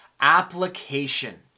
application